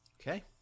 Okay